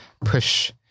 push